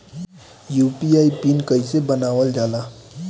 UPI pin कइसे बनावल जाला?